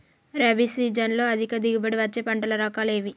రబీ సీజన్లో అధిక దిగుబడి వచ్చే పంటల రకాలు ఏవి?